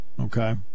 Okay